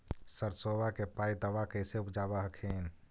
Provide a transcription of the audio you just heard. सरसोबा के पायदबा कैसे उपजाब हखिन?